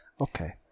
Okay